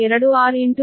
2r